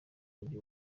mujyi